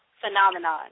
phenomenon